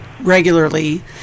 regularly